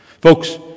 folks